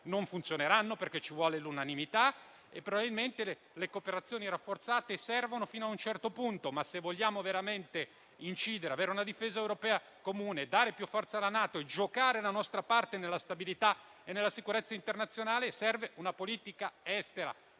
non funzioneranno, perché ci vuole l'unanimità e probabilmente le cooperazioni rafforzate servono fino a un certo punto. Ma se vogliamo veramente incidere, avere una difesa europea comune, dare più forza alla NATO e giocare la nostra parte nella stabilità e nella sicurezza internazionale, serve una politica estera